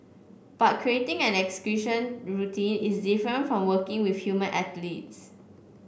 but creating an equestrian routine is different from working with human athletes